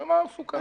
מה סוכם?